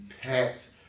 packed